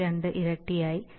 2 ഇരട്ടിയായി TI